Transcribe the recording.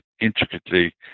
intricately